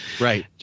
right